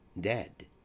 dead